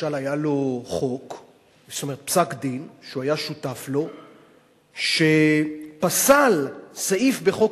למשל היה פסק-דין שהוא היה שותף לו שפסל סעיף בחוק